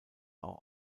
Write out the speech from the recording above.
auch